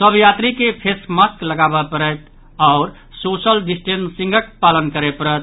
सभ यात्री के फेस मास्क लगबय पड़त आओर सोशल डिस्टेनसिंगक पालन करय पड़त